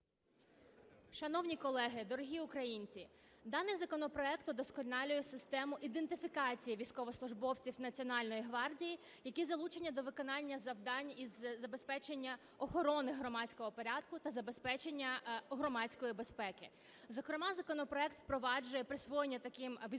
Шановні колеги, дорогі українці, даний законопроект удосконалює систему ідентифікації військовослужбовців Національної гвардії, які залучені до виконання завдань із забезпечення охорони громадського порядку та забезпечення громадської безпеки. Зокрема, законопроект впроваджує присвоєння таким військовослужбовцям